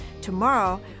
Tomorrow